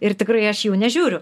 ir tikrai aš jų nežiūriu